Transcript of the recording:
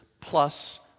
plus